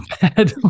bad